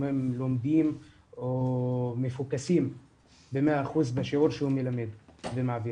אם הם לומדים או מפוקסים במאה אחוז בשיעור שהוא מעביר.